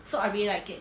so I really like it